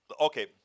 Okay